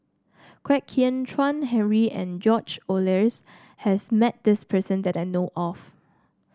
Kwek Hian Chuan Henry and George Oehlers has met this person that I know of